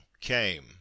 came